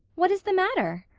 what is the matter?